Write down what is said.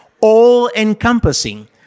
all-encompassing